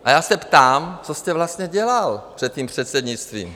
A já se ptám, co jste vlastně dělal před tím předsednictvím?